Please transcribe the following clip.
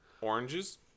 Oranges